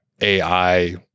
AI